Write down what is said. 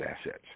assets